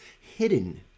hidden